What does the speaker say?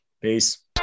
Peace